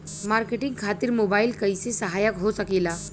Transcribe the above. Marketing खातिर mobile कइसे सहायक हो सकेला?